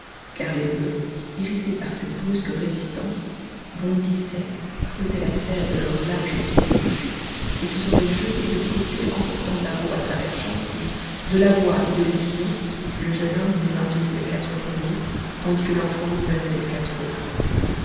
car les bufs irrités par cette brusque résistance bondissaient creusaient la terre de leurs larges pieds fourchus et se seraient jetés de côté emportant l'areau à travers champs si de la voix et de l'aiguillon le jeune homme n'eût maintenu les quatre premiers tandis que l'enfant gouvernait les quatre autres